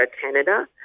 Canada